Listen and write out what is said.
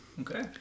Okay